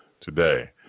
today